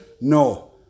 No